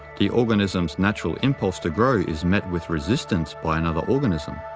the organism's natural impulse to grow is met with resistance by another organism,